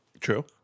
True